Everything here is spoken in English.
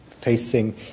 facing